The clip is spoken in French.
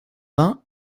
vingt